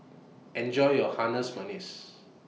Enjoy your Manis